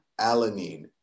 alanine